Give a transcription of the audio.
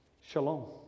Shalom